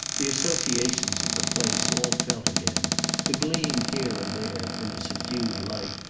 the associations of the place, all felt again the gleam here and there, in the subdued light,